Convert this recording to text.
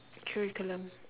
curriculum